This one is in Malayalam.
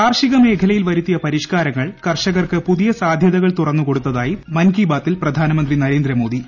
കാർഷിക മേഖലയിൽ വരുത്തിയ പരിഷ്കാരങ്ങൾ കർഷകർക്ക് പുതിയ സാധ്യതകൾ തുറന്നു കൊടുത്തായി മൻ കീ ബാത്തിൽ പ്രധാനമന്ത്രി നരേന്ദ്രമോദി